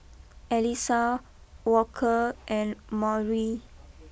Elisa Walker and Maury